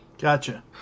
Gotcha